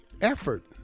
Effort